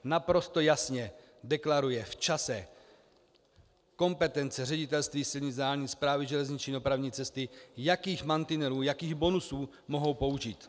Naprosto jasně deklaruje v čase kompetence Ředitelství silnic a dálnic, Správy železniční dopravní cesty, jakých mantinelů, jakých bonusů mohou použít.